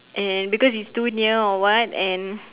and because it's too near or what and